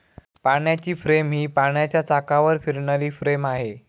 पाण्याची फ्रेम ही पाण्याच्या चाकावर फिरणारी फ्रेम आहे